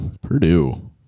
Purdue